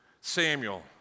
Samuel